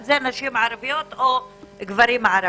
נשים ערביות או גברים ערבים.